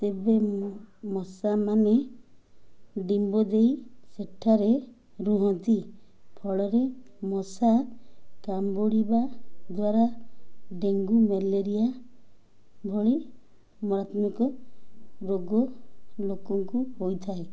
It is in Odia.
ତେବେ ମଶା ମାନେ ଡିମ୍ବ ଦେଇ ସେଠାରେ ରୁହନ୍ତି ଫଳରେ ମଶା କାମୁଡ଼ିବା ଦ୍ୱାରା ଡେଙ୍ଗୁ ମ୍ୟାଲେରିଆ ଭଳି ମାରାତ୍ମକ ରୋଗ ଲୋକଙ୍କୁ ହୋଇଥାଏ